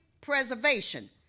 preservation